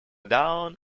down